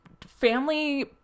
family